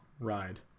ride